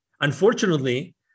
unfortunately